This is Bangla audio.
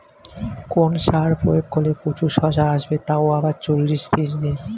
কোন সার প্রয়োগ করলে প্রচুর শশা আসবে তাও আবার চল্লিশ দিনে?